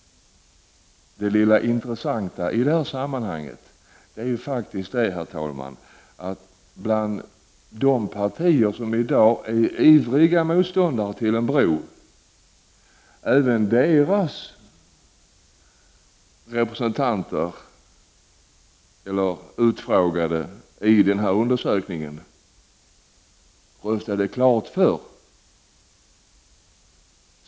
Det lilla intressanta i det sammanhanget är ju faktiskt, herr talman, att även sympatisörer till de partier som i dag ivrigast motarbetar en bro röstade för en bro.